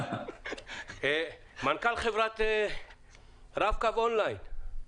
מנכ"ל חברת רב-קן אונליין.